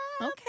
Okay